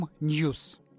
News